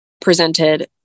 presented